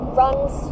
runs